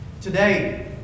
Today